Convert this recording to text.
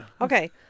Okay